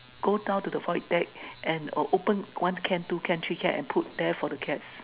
go down to the void deck and open one can two can three can and put there for the cat